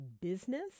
business